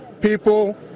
people